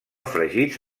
fregits